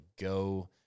go